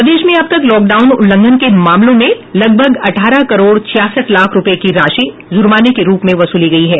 प्रदेश में अब तक लॉकडाउन उल्लंघन के मामले में लगभग अठारह करोड़ छियासठ लाख रुपये की राशि जुर्माने के रूप में वसूली गयी है